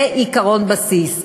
זה עקרון בסיס.